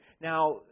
Now